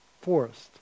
forest